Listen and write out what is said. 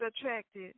attracted